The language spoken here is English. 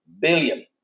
billion